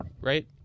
Right